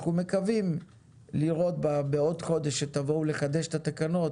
אנחנו מקווים לראות בעוד חודש כשתבואו לחדש את התקנות,